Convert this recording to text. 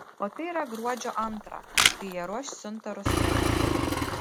o tai yra gruodžio antrą kai jie ruoš siuntą ruslanui